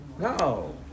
No